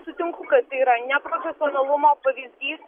sutinku kad tai yra neprofesionalumo pavyzdys